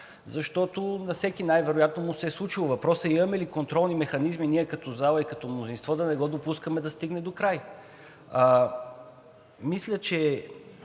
защото на всеки най вероятно му се е случвало. Въпросът е имаме ли контролни механизми ние като зала и като мнозинство да не го допускаме да стигне докрай? Мисля, че